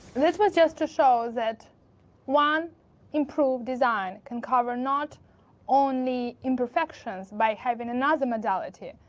this was just to show that one improved design can cover not only imperfections by having another modality,